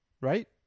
Right